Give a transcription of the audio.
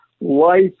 life